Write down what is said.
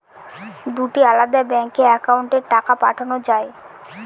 দুটি আলাদা ব্যাংকে অ্যাকাউন্টের টাকা পাঠানো য়ায়?